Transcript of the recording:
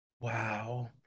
Wow